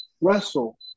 wrestle